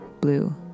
blue